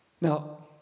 Now